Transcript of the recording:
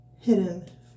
hidden